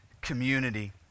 community